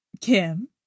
Kim